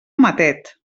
matet